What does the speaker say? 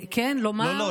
כן, לומר, לא, לא.